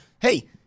hey